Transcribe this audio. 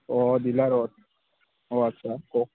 অ ডিলাৰত অ আচ্ছা কওক